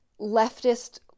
leftist